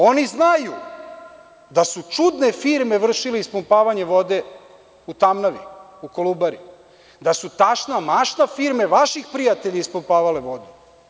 Oni znaju da su čudne firme vršile ispumpavanje vode iz Tamnave i Kolubare, da su „tašna-mašna“ firme vaših prijatelja ispumpavale vodu.